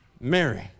Mary